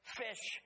fish